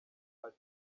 ati